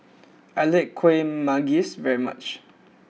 I like kuih Manggis very much